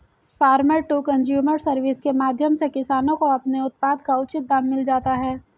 farmer to consumer service के माध्यम से किसानों को अपने उत्पाद का उचित दाम मिल जाता है